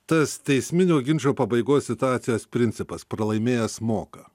tas teisminio ginčo pabaigos situacijos principas pralaimėjęs moka